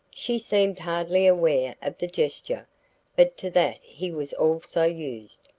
she seemed hardly aware of the gesture but to that he was also used.